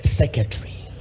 secretary